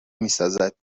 میسازد